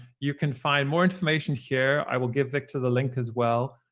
you can find more information here. i will give victor the link, as well.